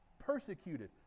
persecuted